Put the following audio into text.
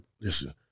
listen